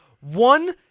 One